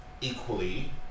equally